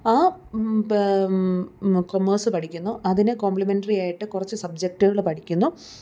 ആ കൊമേഴ്സ് പഠിക്കുന്നു അതിന് കോംപ്ലിമെൻ്ററി ആയിട്ട് കുറച്ച് സബ്ജക്ടുകൾ പഠിക്കുന്നു